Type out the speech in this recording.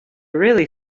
really